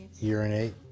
urinate